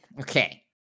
Okay